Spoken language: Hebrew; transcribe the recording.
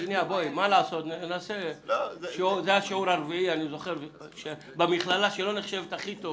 כך הסבירו לנו בשיעור הרביעי במכללה למשפטים שלא נחשבת הכי טובה.